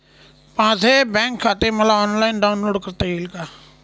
माझे बँक खाते मला ऑनलाईन डाउनलोड करता येईल का?